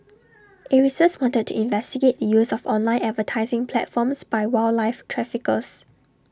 acres wanted to investigate the use of online advertising platforms by wildlife traffickers